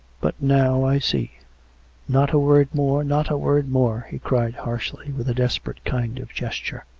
but now i see not a word more! not a word more! he cried harshly, with a desperate kind of gesture.